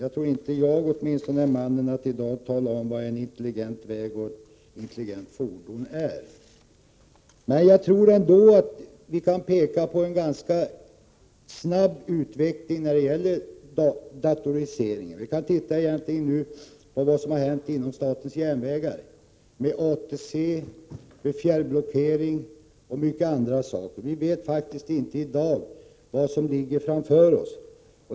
Jag tror inte att jag är mannen att tala om vad en intelligent väg och ett intelligent fordon är. När det gäller datorisering tror jag ändå att vi kan peka på en ganska snabb utveckling. Vi kan t.ex. se på vad som har hänt inom statens järnvägar med ATC, fjärrblockering m.m. Vi vet faktiskt inte i dag vad som ligger framför oss.